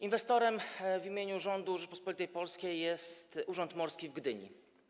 Inwestorem w imieniu rządu Rzeczypospolitej Polskiej jest Urząd Morski w Gdyni.